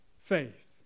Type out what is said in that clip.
faith